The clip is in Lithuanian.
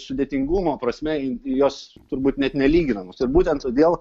sudėtingumo prasme jos turbūt net nelyginamos ir būtent todėl